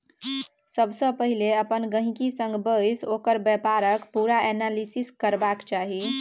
सबसँ पहिले अपन गहिंकी संग बैसि ओकर बेपारक पुरा एनालिसिस करबाक चाही